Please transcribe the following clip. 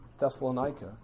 Thessalonica